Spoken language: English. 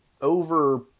over